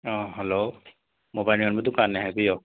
hello mobile ꯌꯣꯟꯕ ꯗꯨꯀꯥꯟꯅꯦ ꯍꯥꯏꯕꯤꯌꯣ